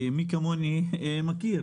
כי מי כמוני מכיר